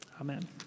Amen